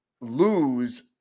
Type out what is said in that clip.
lose